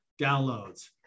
downloads